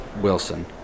Wilson